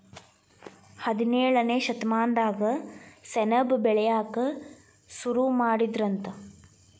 ಹದಿನೇಳನೇ ಶತಮಾನದಾಗ ಸೆಣಬ ಬೆಳಿಯಾಕ ಸುರು ಮಾಡಿದರಂತ